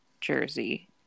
Jersey